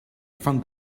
from